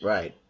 Right